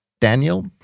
Daniel